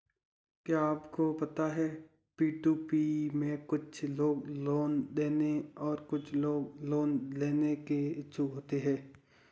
क्या आपको पता है पी.टू.पी में कुछ लोग लोन देने और कुछ लोग लोन लेने के इच्छुक होते हैं?